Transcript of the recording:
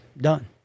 done